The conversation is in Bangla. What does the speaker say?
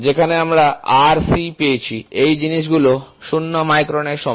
যেখানে আমরা Rz পেয়েছি এই জিনিসটি 0 মাইক্রনের সমান